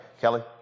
kelly